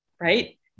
right